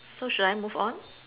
so should I move on